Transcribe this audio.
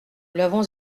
l’avons